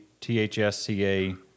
THSCA